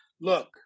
Look